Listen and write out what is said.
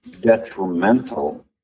detrimental